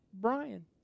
Brian